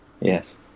Yes